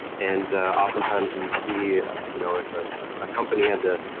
and oftentimes we see you know if ah a company has ah